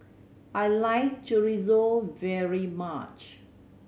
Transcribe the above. I like Chorizo very much